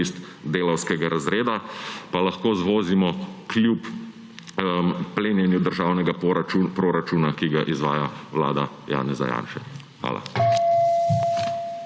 delavskega razreda pa lahko zvozimo kljub plenjenju državnega proračuna, ki ga izvaja vlada Janeza Janše. Hvala.